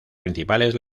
principales